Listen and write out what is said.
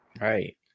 Right